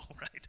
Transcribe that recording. right